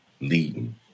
leading